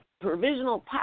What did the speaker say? provisional